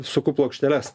suku plokšteles